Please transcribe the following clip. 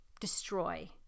destroy